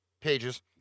pages